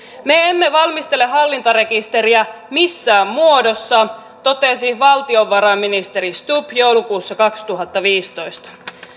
me emme valmistele hallintarekisteriä missään muodossa totesi valtiovarainministeri stubb joulukuussa kaksituhattaviisitoista